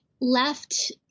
left